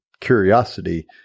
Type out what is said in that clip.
curiosity